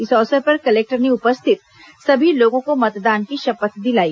इस अवसर पर कलेक्टर ने उपस्थित सभी लोगों को मतदान की शपथ दिलाई